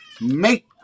make